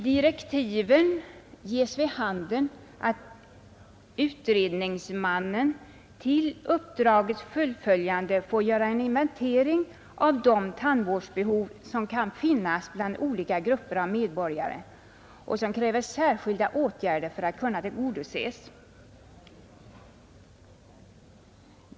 Direktiven ger vid handen att utredningsmannen till uppdragets fullföljande får göra en inventering av de tandvårdsbehov som kan finnas bland olika grupper av medborgare och som kräver särskilda åtgärder för att kunna tillgodoses.